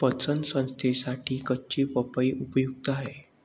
पचन संस्थेसाठी कच्ची पपई उपयुक्त आहे